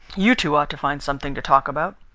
you two ought to find something to talk about.